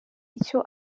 icyo